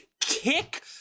kick